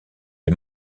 est